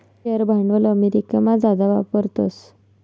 share भांडवल अमेरिकामा जादा वापरतस